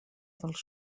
dels